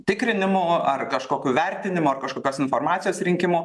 tikrinimu ar kažkokių vertinimu ar kažkokios informacijos rinkimu